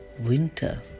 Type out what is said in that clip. winter